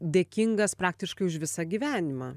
dėkingas praktiškai už visą gyvenimą